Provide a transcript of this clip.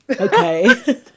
Okay